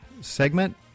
segment